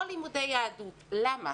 או לימודי יהדות למה?